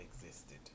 existed